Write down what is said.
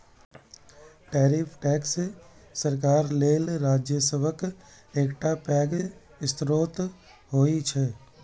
tariff tax सरकार लेल राजस्वक एकटा पैघ स्रोत होइ छै